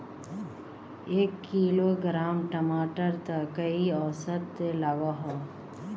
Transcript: एक किलोग्राम टमाटर त कई औसत लागोहो?